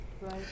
right